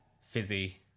Fizzy